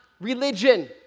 religion